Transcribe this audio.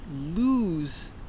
lose